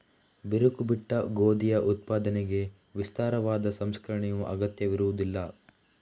ಬಿರುಕು ಬಿಟ್ಟ ಗೋಧಿಯ ಉತ್ಪಾದನೆಗೆ ವಿಸ್ತಾರವಾದ ಸಂಸ್ಕರಣೆಯ ಅಗತ್ಯವಿರುವುದಿಲ್ಲ